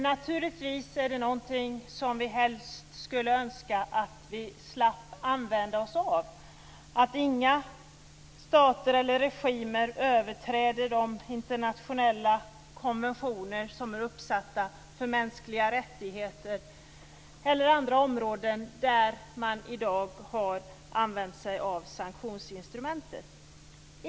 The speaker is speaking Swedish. Naturligtvis är det någonting som vi helst skulle önska att vi slapp använda oss av, dvs. att inga stater eller regimer överträdde de internationella konventioner som är uppsatta för mänskliga rättigheter eller på andra områden där man i dag har använt sig av sanktionsinstrumentet.